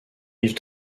rive